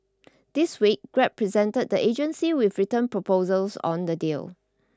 this week Grab presented the agency with written proposals on the deal